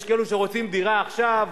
יש כאלה שרוצים דירה עכשיו,